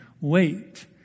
Wait